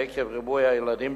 עקב ריבוי הילדים,